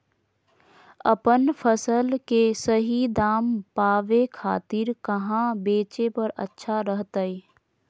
अपन फसल के सही दाम पावे खातिर कहां बेचे पर अच्छा रहतय?